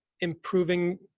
improving